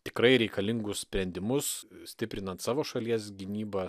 tikrai reikalingus sprendimus stiprinant savo šalies gynybą